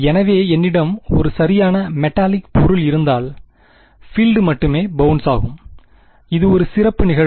எனவேஎன்னிடம் ஒரு சரியான மெட்டாலிக் பொருள் இருந்தால்பீல்ட் மட்டுமே பவுன்ஸ் ஆகும்இது ஒரு சிறப்பு நிகழ்வு